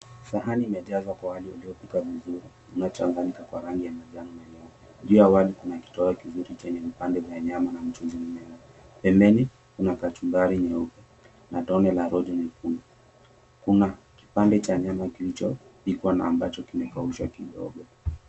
Sahani imejazwa kwa wali uliopikwa vizuri uliochanganyika kwa rangi ya manjano, Juu ya wali kuna kitoweo kizuri chenye vipande vya nyama na mchuzi mwenye radha. Pembeni kuna kachumbari nyeupe na tone la rojo nyekundu, kuna kipande cha nyama kilichopikwa na ambacho kimekaushwa kidogo.